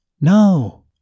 No